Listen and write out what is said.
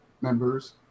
members